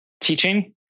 teaching